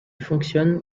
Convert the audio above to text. fonctionnent